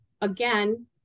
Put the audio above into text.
again